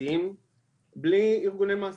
קיבוציים בלי ארגוני מעסיקים.